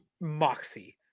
Moxie